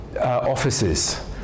offices